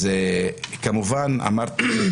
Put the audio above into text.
אז כמובן אמרתי,